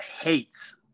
hates